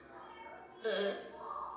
mmhmm